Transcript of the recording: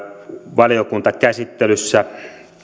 valiokuntakäsittelyssä